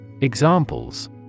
Examples